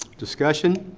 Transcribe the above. discussion?